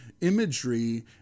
imagery